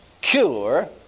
cure